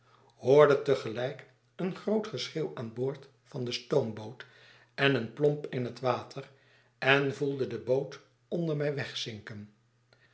hoorde te gelijk een groot geschreeuw aan boord van de stoomboot en een plomp in het water en voelde de boot onder mij wegzinken